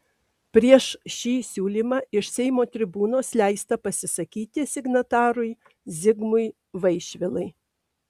prieš šį siūlymą iš seimo tribūnos leista pasisakyti signatarui zigmui vaišvilai